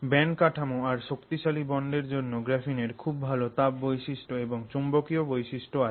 band কাঠামো আর শক্তিশালী বন্ডের জন্য গ্রাফিনের খুব ভালো তাপ বৈশিষ্ট এবং চৌম্বকীয় বৈশিষ্ট আছে